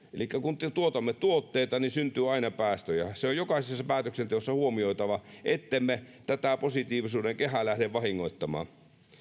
elikkä kun tuotamme tuotteita syntyy aina päästöjä se on jokaisessa päätöksenteossa huomioitava ettemme tätä positiivisuuden kehää lähde vahingoittamaan